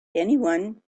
anyone